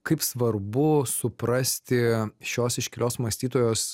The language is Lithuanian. kaip svarbu suprasti šios iškilios mąstytojos